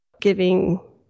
giving